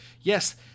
yes